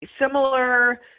similar